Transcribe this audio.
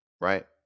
right